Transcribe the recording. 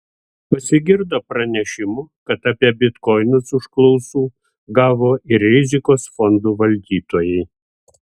pasigirdo pranešimų kad apie bitkoinus užklausų gavo ir rizikos fondų valdytojai